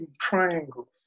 triangles